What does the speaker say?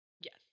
Yes